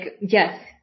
yes